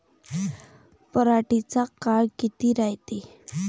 पराटीचा काळ किती रायते?